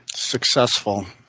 successful.